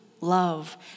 love